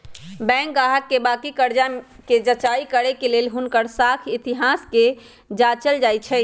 bank गाहक के बाकि कर्जा कें जचाई करे के लेल हुनकर साख इतिहास के जाचल जाइ छइ